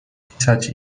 pisać